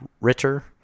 Ritter